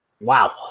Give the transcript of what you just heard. Wow